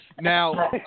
Now